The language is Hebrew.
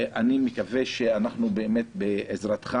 ואני מקווה שאנחנו באמת בעזרתך